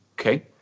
Okay